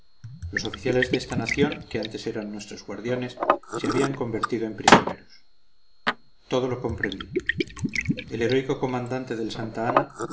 los oficiales de esta nación que antes eran nuestros guardianes se habían convertido en prisioneros todo lo comprendí el heroico comandante del santa ana